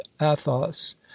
Athos